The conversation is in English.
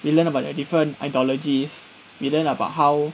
we learn about their different ideologies we learn about how